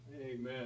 Amen